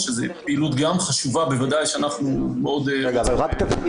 זו פעילות חשובה שאנחנו בוודאי מאוד --- התפקוד